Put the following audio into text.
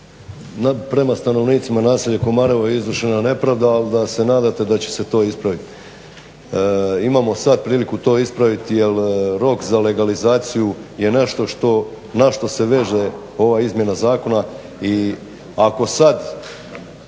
prema stanovnicima naselje KOmarevo je izvršena nepravda ali da se nadate da će se to ispraviti. Imamo sada priliku to ispraviti jer rok za legalizaciju je nešto na što se veže ova izmjena zakona.